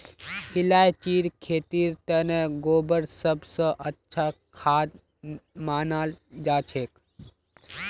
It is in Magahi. इलायचीर खेतीर तने गोबर सब स अच्छा खाद मनाल जाछेक